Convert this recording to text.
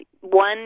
one